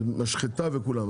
והמשחטה וכולם.